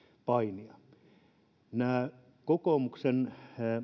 painia näistä kokoomuksen